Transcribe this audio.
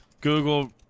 Google